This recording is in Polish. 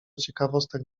ciekawostek